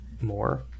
more